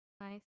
nice